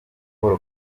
paul